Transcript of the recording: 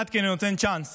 כי אני נותן צ'אנס